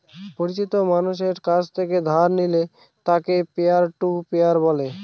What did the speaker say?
পরিচিত মানষের কাছ থেকে ধার নিলে তাকে পিয়ার টু পিয়ার বলে